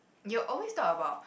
you always talk about